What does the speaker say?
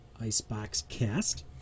IceboxCast